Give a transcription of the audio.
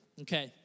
Okay